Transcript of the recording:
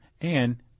and-